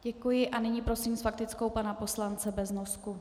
Děkuji a nyní prosím s faktickou pana poslance Beznosku.